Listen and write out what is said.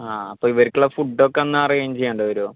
ആ അപ്പോൾ ഇവർക്കുള്ള ഫുഡ് ഒക്കെ അന്ന് അറേഞ്ച് ചെയ്യേണ്ടി വരുമോ